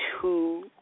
two